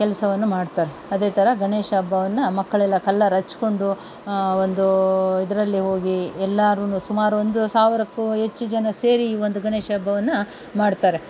ಕೆಲಸವನ್ನು ಮಾಡ್ತಾರೆ ಅದೇ ಥರ ಗಣೇಶ ಹಬ್ಬವನ್ನು ಮಕ್ಕಳೆಲ್ಲ ಕಲ್ಲರಚ್ಕೊಂಡು ಒಂದು ಇದರಲ್ಲಿ ಹೋಗಿ ಎಲ್ಲರೂ ಸುಮಾರು ಒಂದು ಸಾವಿರಕ್ಕೂ ಹೆಚ್ಚು ಜನ ಸೇರಿ ಈ ಒಂದು ಗಣೇಶ ಹಬ್ಬವನ್ನು ಮಾಡ್ತಾರೆ